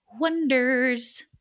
wonders